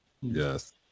Yes